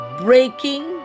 breaking